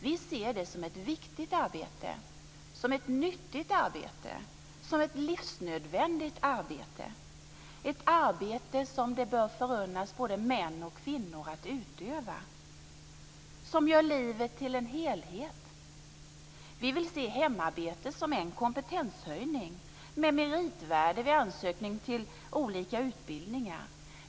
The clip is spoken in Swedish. Vi ser det som ett viktigt arbete, som ett nyttigt arbete, som ett livsnödvändigt arbete, ett arbete som det bör förunnas både män och kvinnor att utöva, som gör livet till en helhet. Vi vill se hemarbete som en kompetenshöjning med meritvärde vid ansökning till olika utbildningar.